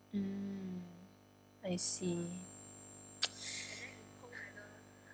mm I see